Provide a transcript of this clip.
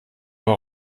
aber